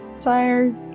tired